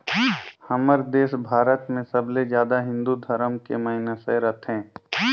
हमर देस भारत मे सबले जादा हिन्दू धरम के मइनसे रथें